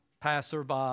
passerby